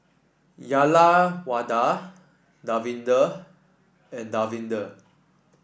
Uyyalawada Davinder and Davinder